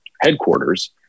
headquarters